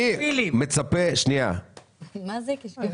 אני מצפה --- מה זה פשקווילים?